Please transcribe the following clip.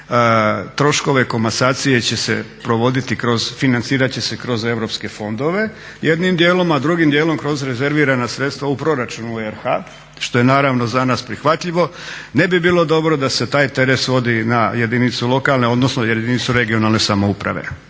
troškove komasacije će se provoditi kroz, financirat će se kroz europske fondove jednim dijelom, a drugim dijelom kroz rezervirana sredstva u proračunu RH što je naravno za nas prihvatljivo. Ne bi bilo dobro da se taj teret svodi na jedinicu lokalne, odnosno jedinicu regionalne samouprave.